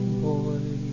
boy